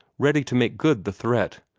ready to make good the threat.